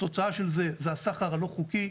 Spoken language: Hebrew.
התוצאה של זה זה הסחר הלא חוקי,